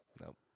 Nope